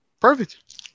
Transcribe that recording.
Perfect